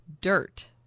dirt